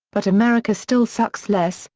but america still sucks less,